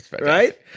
right